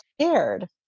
scared